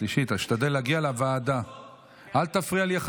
11 בעד, אין מתנגדים.